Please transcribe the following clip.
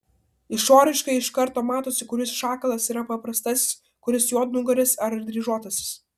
išoriškai iš karto matosi kuris šakalas yra paprastasis kuris juodnugaris ar dryžuotasis